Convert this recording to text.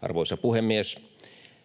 Arvoisa puhemies!